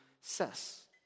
says